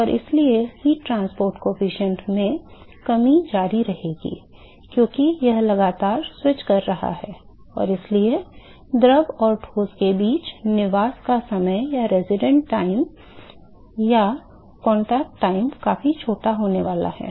इसलिए ऊष्मा परिवहन गुणांक में कमी जारी रहेगी क्योंकि यह लगातार स्विच कर रहा है और इसलिए द्रव और ठोस के बीच निवास का समय या संपर्क समय काफी छोटा होने वाला है